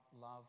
love